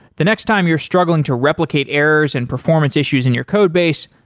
the next time you're struggling to replicate errors and performance issues in your code base,